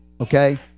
Okay